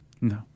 No